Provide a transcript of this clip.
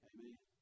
Amen